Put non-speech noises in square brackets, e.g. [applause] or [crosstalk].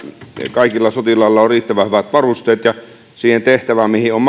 kaikilla sotilailla on riittävän hyvät varusteet ja siihen tehtävään mihin on [unintelligible]